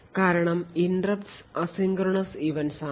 കാരണം interrupts asynchronous events ആണ്